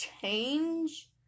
change